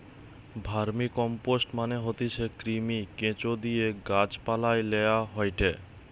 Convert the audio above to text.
vermicompost মানে হতিছে কৃমি, কেঁচোদিয়ে গাছ পালায় লেওয়া হয়টে